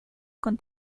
con